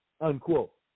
unquote